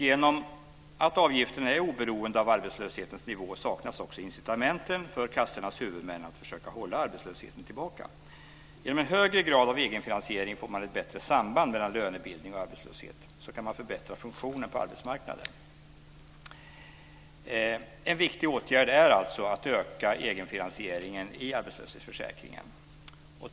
Genom att avgifterna är oberoende av arbetslöshetsnivån saknas också incitament för kassornas huvudmän att försöka hålla tillbaka arbetslösheten. Genom en högre grad av egenfinansiering får man ett bättre samband mellan lönebildning och arbetslöshet. Så kan man förbättra funktionen på arbetsmarknaden. En viktig åtgärd är alltså att öka egenfinansieringen i arbetslöshetsförsäkringen.